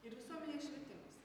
ir visuomenės švietimas